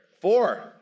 Four